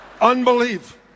Unbelief